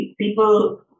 People